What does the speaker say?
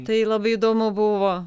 tai labai įdomu buvo